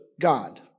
God